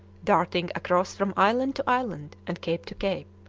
darting across from island to island and cape to cape.